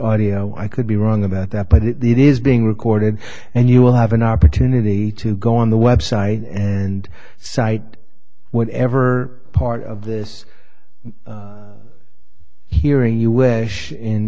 audio i could be wrong about that but it is being recorded and you will have an opportunity to go on the web site and site whatever part of this hearing you wish in